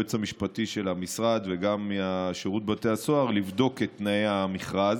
מהיועץ המשפטי של המשרד וגם משירות בתי הסוהר לבדוק את תנאי המכרז.